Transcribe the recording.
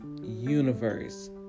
Universe